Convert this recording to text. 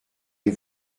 les